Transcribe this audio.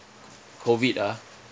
COVID ah